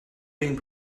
being